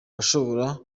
bashobora